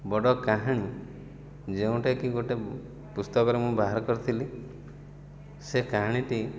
ବଡ଼ କାହାଣୀ ଯେଉଁଟାକି ଗୋଟେ ପୁସ୍ତକରେ ମୁଁ ବାହାର କରିଥିଲି ସେ କାହାଣୀଟି